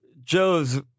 Joe's